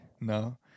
No